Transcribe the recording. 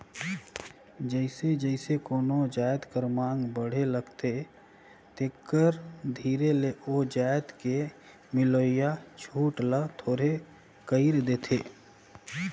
जइसे जइसे कोनो जाएत कर मांग बढ़े लगथे तेकर धीरे ले ओ जाएत में मिलोइया छूट ल थोरहें कइर देथे